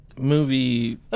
movie